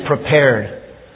prepared